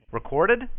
Recorded